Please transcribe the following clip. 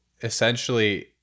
essentially